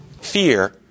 Fear